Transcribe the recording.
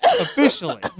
officially